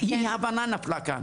אי הבנה נפלה כאן,